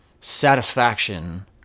satisfaction